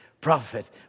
prophet